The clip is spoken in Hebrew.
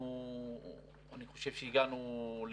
אני חושב שהגענו לתחתית,